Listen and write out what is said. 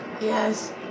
Yes